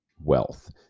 wealth